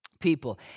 people